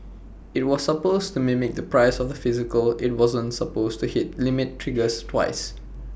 IT was supposed to mimic the price of the physical IT wasn't supposed to hit limit triggers twice